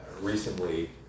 recently